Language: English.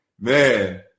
man